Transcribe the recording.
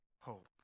hope